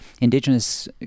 indigenous